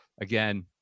Again